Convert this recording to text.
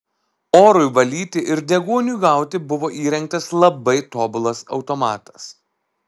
orui valyti ir deguoniui gauti buvo įrengtas labai tobulas automatas